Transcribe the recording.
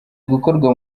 gukorwa